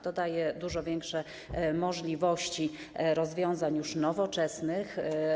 To daje dużo większe możliwości rozwiązań nowoczesnych.